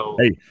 Hey